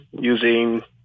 using